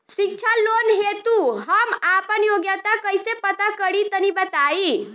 शिक्षा लोन हेतु हम आपन योग्यता कइसे पता करि तनि बताई?